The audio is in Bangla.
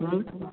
হুম